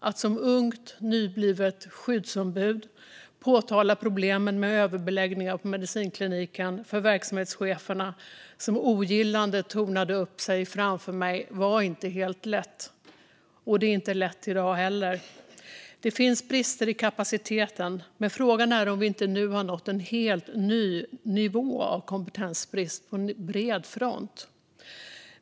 Att som ungt, nyblivet skyddsombud påtala problemen med överbeläggningar på medicinkliniken för verksamhetscheferna som ogillande tornade upp sig framför mig var inte helt lätt. Det är inte lätt i dag heller. Det finns brister i kapaciteten. Men frågan är om vi inte nu har nått en helt ny nivå av kompetensbrist på bred front.